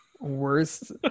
Worst